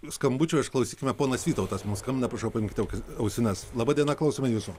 skambučio išklausykime ponas vytautas mums skambina prašau paimkite ok ausines laba diena klausome jūsų